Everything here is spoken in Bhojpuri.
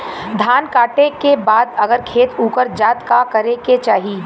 धान कांटेके बाद अगर खेत उकर जात का करे के चाही?